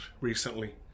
recently